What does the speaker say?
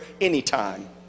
anytime